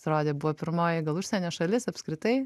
pasirodė buvo pirmoji užsienio šalis apskritai